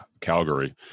Calgary